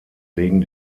legen